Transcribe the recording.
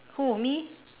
who me